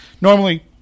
normally